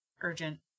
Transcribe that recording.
urgent